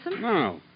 No